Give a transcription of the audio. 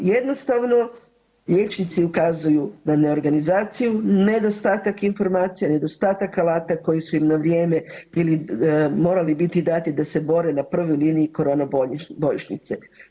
Jednostavno liječnici ukazuju na neorganizaciju, nedostatak informacija, nedostatak alata koji su im na vrijeme morali biti dati da se bore na prvoj liniji corona bojišnice.